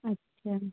अच्छा